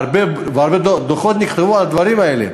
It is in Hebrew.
הרבה דוחות נכתבו על הדברים האלה.